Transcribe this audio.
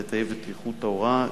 לטייב את איכות ההוראה.